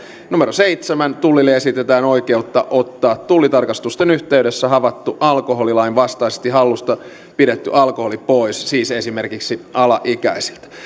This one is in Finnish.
seitsemän tullille esitetään oikeutta ottaa tullitarkastusten yhteydessä havaittu alkoholilain vastaisesti hallussa pidetty alkoholi pois siis esimerkiksi alaikäisiltä